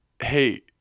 Hey